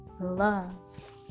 love